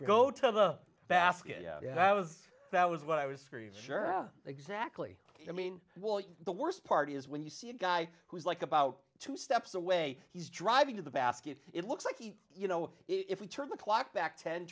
go to the basket yeah yeah i was that was what i was very sure exactly i mean the worst part is when you see a guy who's like about two steps away he's driving to the basket it looks like he you know if we turn the clock back ten